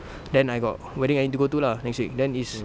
then I got wedding I need to go to lah next week then is